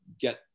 get